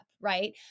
right